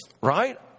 right